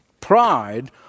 Pride